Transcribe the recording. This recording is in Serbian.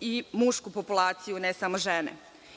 i mušku populaciju, a ne samo žene.